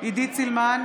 עידית סילמן,